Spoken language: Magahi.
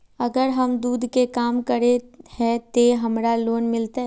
अगर हम दूध के काम करे है ते हमरा लोन मिलते?